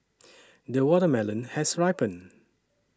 the watermelon has ripened